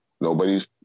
Nobody's